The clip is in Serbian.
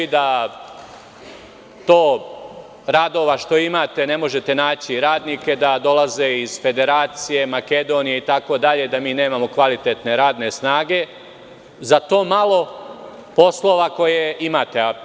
Za to radova što imate ne možete naći radnike, da dolaze iz Federacije, Makedonije, da nemamo kvalitetne radne snage za to malo poslova koje imate.